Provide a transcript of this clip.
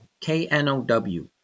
K-N-O-W